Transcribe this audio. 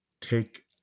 take